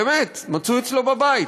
באמת, מצאו אצלו בבית.